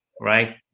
right